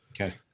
okay